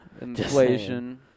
inflation